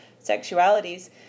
sexualities